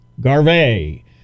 garvey